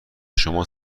شما